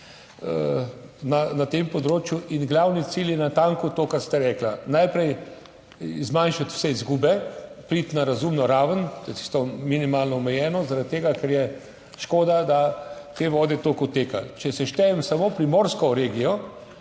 na tem področju. Glavni cilj je natanko to, kar ste rekla, najprej zmanjšati vse izgube, priti na razumno raven - to je tisto minimalno omejeno -, zaradi tega, ker je škoda, da te vode toliko odteka. Če seštejem samo primorsko regijo,